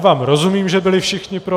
Já vám rozumím, že byli všichni pro.